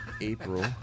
April